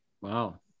Wow